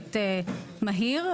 יחסית מהיר.